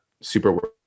super